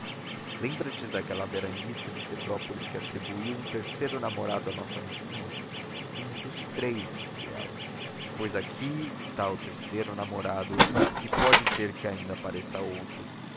lembras-te daquela veranista de petrópolis que atribuiu um terceiro namorado à nossa amiguinha um dos três disse ela pois aqui está o terceiro namorado e pode ser que ainda apareça outro